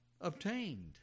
obtained